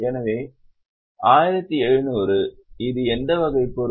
எனவே 1700 இது எந்த வகை பொருள்